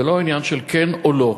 זה לא עניין של כן או לא.